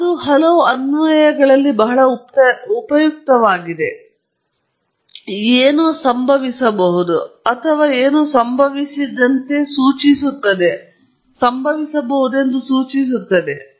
ಮತ್ತು ಇದು ಹಲವು ಅನ್ವಯಗಳಲ್ಲಿ ಬಹಳ ಉಪಯುಕ್ತವಾಗಿದೆ ಆದರೆ ಯಾವುದೋ ಸಂಭವಿಸಿದೆ ಎಂದು ಸೂಚಿಸುವಂತೆ ಸೂಚಿಸುತ್ತದೆ